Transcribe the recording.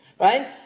right